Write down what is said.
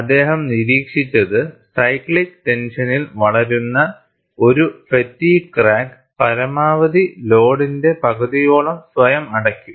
അദ്ദേഹം നിരീക്ഷിച്ചത് സൈക്ലിക്ക് ടെൻഷനിൽ വളരുന്ന ഒരു ഫാറ്റിഗ്ഗ് ക്രാക്ക് പരമാവധി ലോഡിന്റെ പകുതിയോളം സ്വയം അടയ്ക്കും